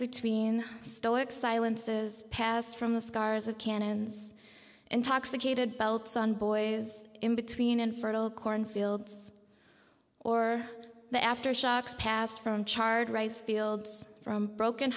between stoic silences passed from the scars of cannons intoxicated belts on boys in between and fertile cornfields or the aftershocks passed from charred rice fields from broken